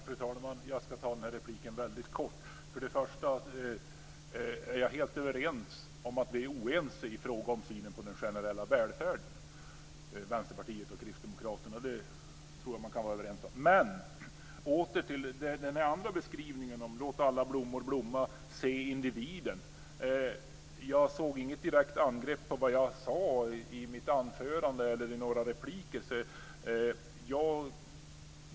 Fru talman! Jag ska hålla den här repliken väldigt kort. Först vill jag säga att jag är helt överens om att vi är oense, Vänsterpartiet och Kristdemokraterna, i fråga om synen på den generella välfärden. Det tror jag att man kan vara överens om. Men åter till den här andra beskrivningen, den om att låta alla blommor blomma och om att se individen. Jag såg inget direkt angrepp på vad jag sade i mitt anförande eller i några repliker.